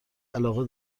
علاقه